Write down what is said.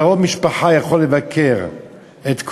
קרוב משפחה יכול לבקר את קרובו,